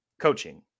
coaching